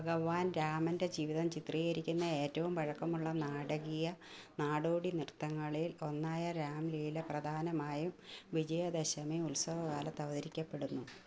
ഭഗവാൻ രാമന്റെ ജീവിതം ചിത്രീകരിക്കുന്ന ഏറ്റവും പഴക്കമുള്ള നാടകീയ നാടോടിനൃത്തങ്ങളിൽ ഒന്നായ രാംലീല പ്രധാനമായും വിജയദശമി ഉത്സവകാലത്ത് അവതരിപ്പിക്കപ്പെടുന്നു